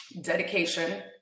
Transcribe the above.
dedication